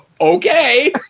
Okay